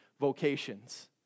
vocations